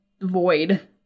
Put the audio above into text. void